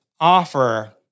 offer